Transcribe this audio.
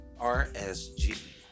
RSG